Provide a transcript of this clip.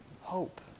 Hope